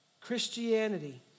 Christianity